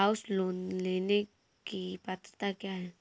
House loan लेने की पात्रता क्या है?